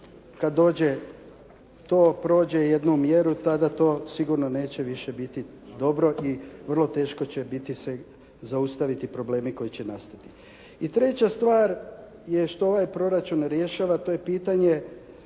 kad dođe to prođe jednu mjeru tada to sigurno neće više biti dobro i vrlo će teško biti se zaustaviti problemi koji će nastati. I treća stvar je što ovaj proračun ne rješava a to je pitanje